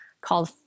called